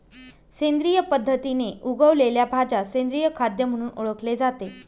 सेंद्रिय पद्धतीने उगवलेल्या भाज्या सेंद्रिय खाद्य म्हणून ओळखले जाते